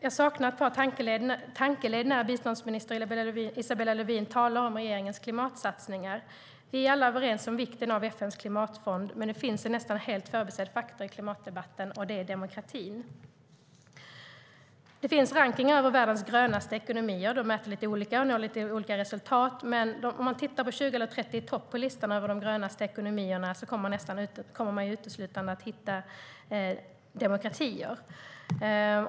Jag saknar dock ett par tankeled när biståndsminister Lövin talar om regeringens klimatsatsningar. Vi är alla överens om vikten av FN:s klimatfond, men det finns en nästan helt förbisedd faktor i klimatdebatten, och det är demokratin. Det finns rankningar över världens grönaste ekonomier. De mäter lite olika och når lite olika resultat, men om man tittar på de 20 eller 30 i topp på listan över de grönaste ekonomierna kommer man uteslutande att hitta demokratier.